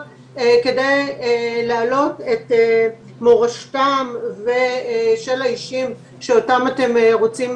כדי להעלות את מורשתם של האישים שאותם אתם רוצים